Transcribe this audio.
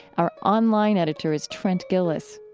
our online editor is trent gilliss.